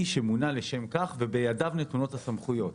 שמונה לשם כך ובידיו נתונות הסמכויות.